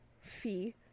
fee